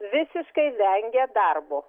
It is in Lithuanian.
visiškai vengia darbo